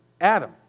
Adam